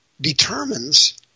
determines